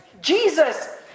Jesus